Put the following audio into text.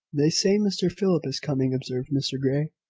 they say mr philip is coming, observed mr grey.